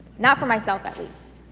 not for myself, at least.